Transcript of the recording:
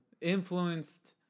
Influenced